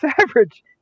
average